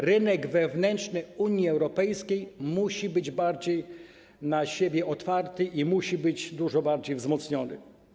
Rynek wewnętrzny Unii Europejskiej musi być bardziej otwarty i musi być dużo bardziej wzmocniony.